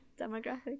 demographic